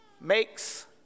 makes